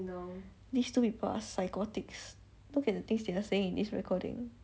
these two people are psychotics look at the things they are saying in this recording